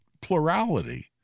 plurality